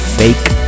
fake